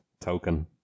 token